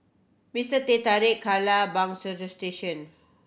Mister Teh Tarik Kara Bagstationz